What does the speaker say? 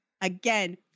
again